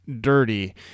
Dirty